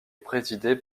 présidé